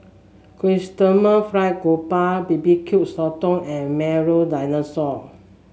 Chrysanthemum Fried Grouper B B Q Sotong and Milo Dinosaur